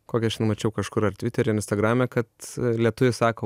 kokią aš ten mačiau kažkur ar tvitery ar instagrame kad lietuviai sako